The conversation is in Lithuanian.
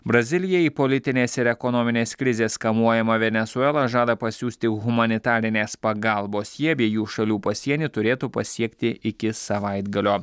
brazilijai į politinės ir ekonominės krizės kamuojama venesuela žada pasiųsti humanitarinės pagalbos ji abiejų šalių pasienį turėtų pasiekti iki savaitgalio